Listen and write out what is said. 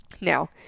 Now